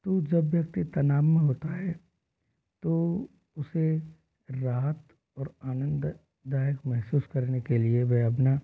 तो जब व्यक्ति तनाव में होता है तो उसे राहत और आनंददायक महसूस करने के लिए वह अपना